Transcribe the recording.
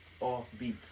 Offbeat